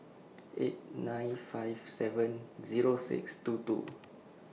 eight nine five seven Zero six two two